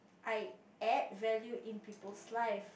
I add value in people's life